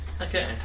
Okay